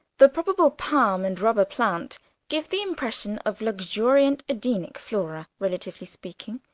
the probable palm and rubber-plant give the impression of luxuriant edenic flora, relatively speaking,